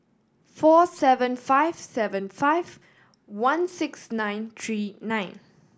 four seven five seven five one six nine three nine